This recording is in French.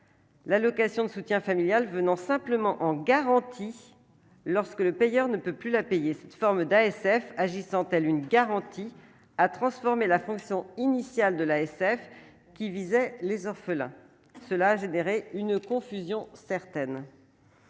l'allocation de soutien familial venant simplement en garantie lorsque le payeur ne peut plus la payer cette forme d'ASF agissant telle une garantie à transformer la fonction initiale de l'ASF, qui visait les orphelins, cela a généré une confusion certaine.